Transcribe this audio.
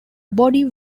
body